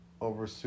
over